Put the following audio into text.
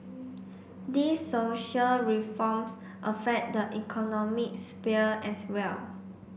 these social reforms affect the economic sphere as well